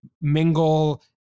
mingle